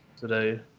today